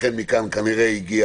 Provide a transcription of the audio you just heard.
מכאן כנראה הגיע